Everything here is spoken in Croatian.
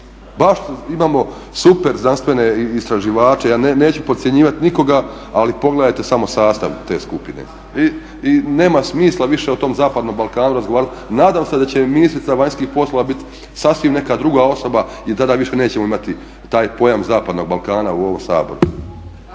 Baš imamo super znanstvene istraživače, ja neću podcjenjivati nikoga, ali pogledajte samo sastav te skupine i ne smisla više o tom zapadnom Balkanu razgovarati. Nadam se da će ministrica vanjskih poslova biti sasvim neka druga osoba i tada više nećemo imati taj pojam zapadnog Balkana u ovom Saboru.